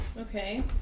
Okay